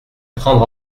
prendre